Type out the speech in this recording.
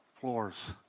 floors